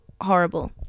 horrible